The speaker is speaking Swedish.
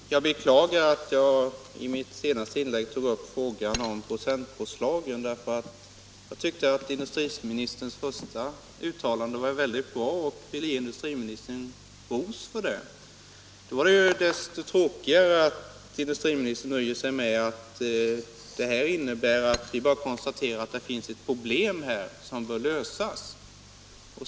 Herr talman! Jag beklagar att jag i mitt senaste inlägg tog upp frågan om procentpåslaget. Jag tyckte att industriministerns första uttalande var bra och ville ge industriministern ros för det. Desto tråkigare är det då att industriministern nöjer sig med att bara konstatera att det här finns ett problem som bör lösas.